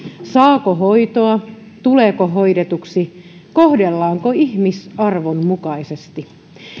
saako hoitoa tuleeko hoidetuksi kohdellaanko ihmisarvon mukaisesti